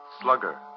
Slugger